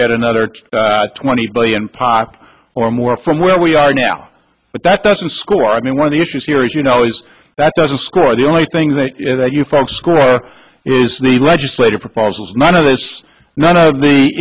get another twenty billion pa or more from where we are now but that doesn't score i mean one of the issues here is you know is that doesn't score the only thing that you folks score is need legislative proposals none of this none of the